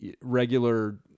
regular